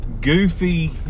goofy